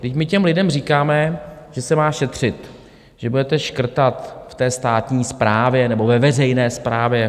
Vždyť my těm lidem říkáme, že se má šetřit, že budete škrtat v té státní správě nebo ve veřejné správě.